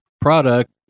product